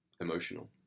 emotional